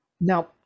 Now